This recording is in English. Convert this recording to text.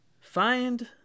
find